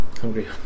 Hungry